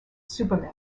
superman